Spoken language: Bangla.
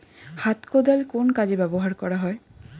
হাত কোদাল কোন কাজে ব্যবহার করা হয়?